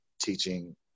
teaching